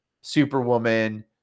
Superwoman